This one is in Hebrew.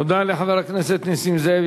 תודה לחבר הכנסת נסים זאב.